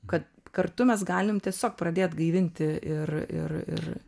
kad kartu mes galim tiesiog pradėt gaivinti ir ir ir